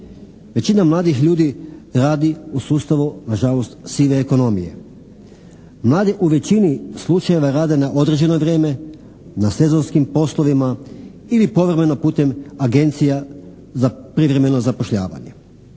Većina mladih ljudi radi u sustavu na žalost sive ekonomije. Mladi u većini slučajeva rade na određeno vrijeme, na sezonskim poslovima ili povremeno putem agencija za privremeno zapošljavanje.